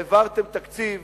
העברתם תקציב